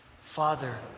Father